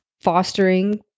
fostering